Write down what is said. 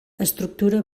estructura